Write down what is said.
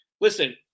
listen –